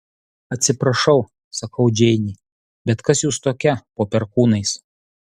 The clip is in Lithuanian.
atsiprašau sakau džeinei bet kas jūs tokia po perkūnais